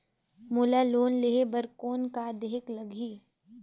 मोला लोन लेहे बर कौन का देहेक लगही?